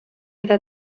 eta